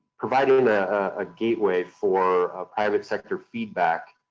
providing a gateway for private sector feedback